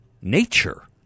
nature